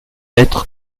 être